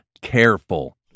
careful